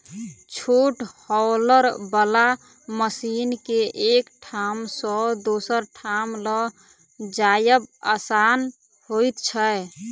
छोट हौलर बला मशीन के एक ठाम सॅ दोसर ठाम ल जायब आसान होइत छै